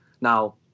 Now